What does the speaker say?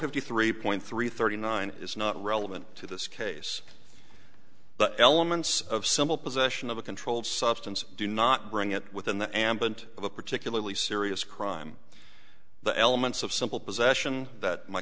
fifty three point three thirty nine is not relevant to this case but elements of simple possession of a controlled substance do not bring it within the ambit of a particularly serious crime the elements of simple possession that my